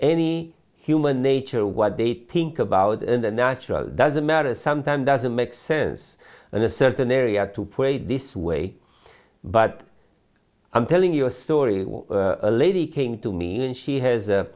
any human nature what they think about the natural doesn't matter sometimes doesn't make sense in a certain area to pray this way but i'm telling you a story a lady came to me and she